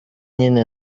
nyine